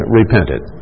repented